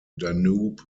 danube